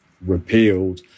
repealed